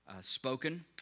spoken